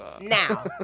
Now